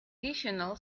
traditional